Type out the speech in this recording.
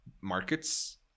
markets